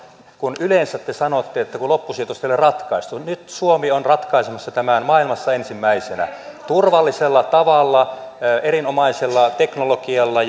kun yleensä te sanotte että loppusijoitusta ei ole ratkaistu nyt suomi on ratkaisemassa tämän maailmassa ensimmäisenä turvallisella tavalla erinomaisella teknologialla